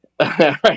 right